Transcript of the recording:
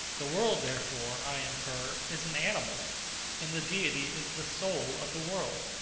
the world, therefore, i infer, is an animal and the deity is the soul of the world,